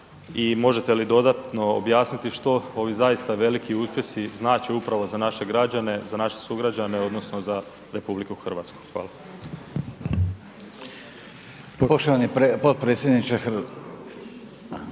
i možete li dodatno objasniti što ovi zaista veliki uspjesi znače upravo za naše građane, za naše sugrađane odnosno za RH.Hvala. **Reiner, Željko (HDZ)**